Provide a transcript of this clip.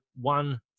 one